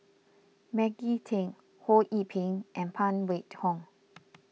Maggie Teng Ho Yee Ping and Phan Wait Hong